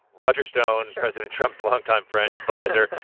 roger stone, president trump's longtime friend, adviser,